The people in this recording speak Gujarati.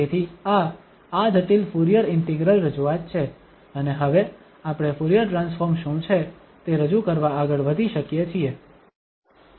તેથી આ આ જટિલ ફુરીયર ઇન્ટિગ્રલ રજૂઆત છે અને હવે આપણે ફુરીયર ટ્રાન્સફોર્મ શું છે તે રજૂ કરવા આગળ વધી શકીએ છીએ